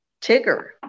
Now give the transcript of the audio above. Tigger